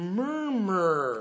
murmur